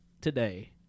today